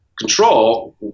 control